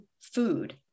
food